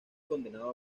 condenado